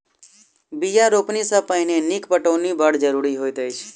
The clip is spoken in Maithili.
बीया रोपनी सॅ पहिने नीक पटौनी बड़ जरूरी होइत अछि